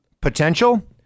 potential